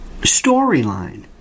storyline